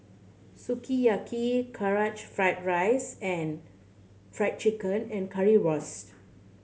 Sukiyaki Karaage Fried Rice and Fried Chicken and Currywurst